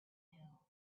hill